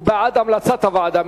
הוא בעד המלצת הוועדה,